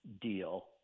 deal